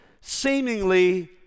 seemingly